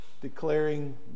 declaring